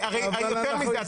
יותר מזה,